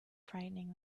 frightening